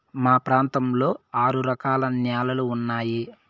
మా ప్రాంతంలో ఆరు రకాల న్యాలలు ఉన్నాయి